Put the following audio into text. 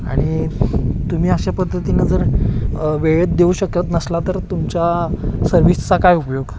आणि तुम्ही अशा पद्धतीनं जर वेळेत देऊ शकत नसला तर तुमच्या सर्व्हिसचा काय उपयोग